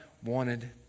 Wanted